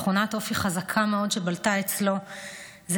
תכונת אופי חזקה מאוד שבלטה אצלו זה